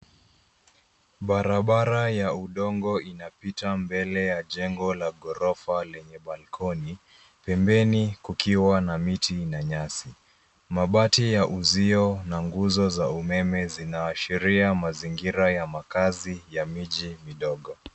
Barabara ya udongo inapita mbele ya jengo la ghorofa lenye balcony ,pembeni kukiwa na miti na nyasi. Mabati ya uzio na nguzo za umeme zinaashiria mazingira ya makaazi ya miji midogo.